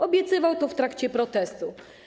Obiecywał to w trakcie protestu.